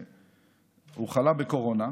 הוא חלה בקורונה,